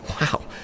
Wow